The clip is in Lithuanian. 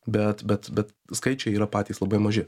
bet bet bet skaičiai yra patys labai maži